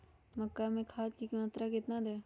मक्का में खाद की मात्रा कितना दे?